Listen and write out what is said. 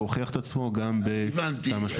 והוכיח את עצמו גם בתמ"א 38. הבנתי.